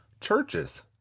churches